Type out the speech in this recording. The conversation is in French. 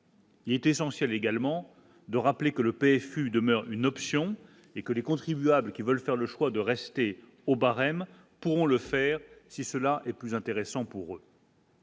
Il est essentiel également de rappeler que le P. fut demeure une option et que les contribuables qui veulent faire le choix de rester au barème pourront le faire, si cela est plus intéressant pour eux.